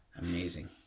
Amazing